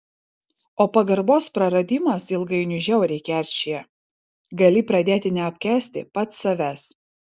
o pagarbos praradimas ilgainiui žiauriai keršija gali pradėti neapkęsti pats savęs